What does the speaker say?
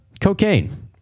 cocaine